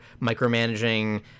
micromanaging